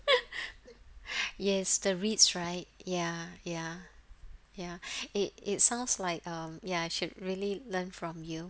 yes the reads right ya ya ya it it sounds like um ya I should really learn from you